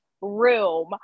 room